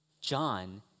John